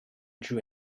drew